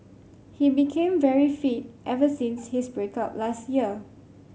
he became very fit ever since his break up last year